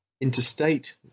interstate